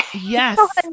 Yes